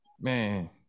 Man